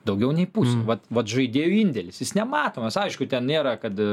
daugiau nei pusę vat vat žaidėjų indėlis jis nematomas aišku ten nėra kad